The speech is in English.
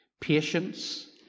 patience